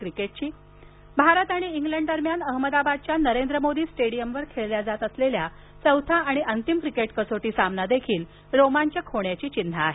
cricket Bharat आणि England दरम्यान अहमदाबादच्या नरेंद्र मोदी स्टेडियमवर खेळल्या जात असलेला चौथा आणि अंतिम कसोटी क्रिकेट सामना देखील रोमांचक होण्याची चिन्हे आहेत